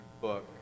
book